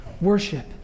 Worship